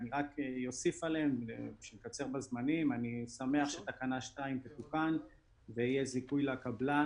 אני רק אוסיף שאני שמח שתקנה 2 תתוקן ויהיה זיכוי לקבלן,